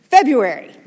February